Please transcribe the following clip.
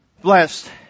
blessed